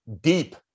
deep